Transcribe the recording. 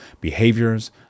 behaviors